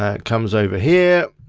ah it comes over here